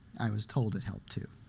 i was told it helped, too.